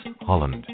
Holland